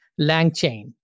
Langchain